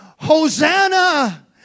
Hosanna